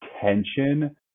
tension